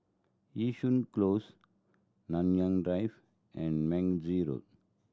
Yishun Close Manyang Drive and Road